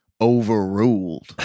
Overruled